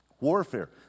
warfare